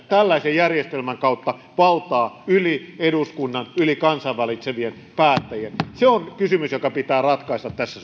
tällaisen järjestelmän kautta valtaa yli eduskunnan yli kansan valitsemien päättäjien se on kysymys joka pitää ratkaista tässä